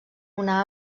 una